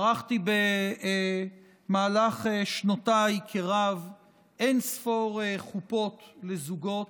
ערכתי במהלך שנותיי כרב אין-ספור חופות לזוגות,